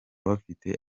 bafite